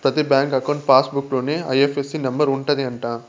ప్రతి bank account passbook లోనే IFSC number ఉంటది అంట